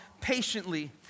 patiently